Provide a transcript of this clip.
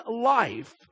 life